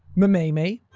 m'mae-mae.